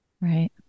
Right